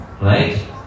Right